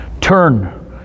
turn